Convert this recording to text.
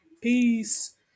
Peace